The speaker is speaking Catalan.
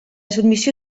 submissió